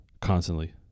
constantly